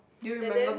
and then